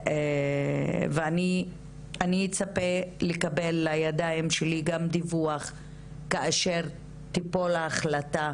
אני אצפה לקבל לידיים שלי גם דיווח כאשר תיפול ההחלטה